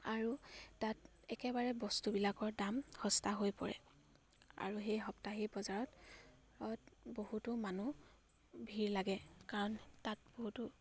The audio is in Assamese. আৰু তাত একেবাৰে বস্তুবিলাকৰ দাম সস্তা হৈ পৰে আৰু সেই সাপ্তাহিক বজাৰত অত বহুতো মানুহ ভিৰ লাগে কাৰণ তাত বহুতো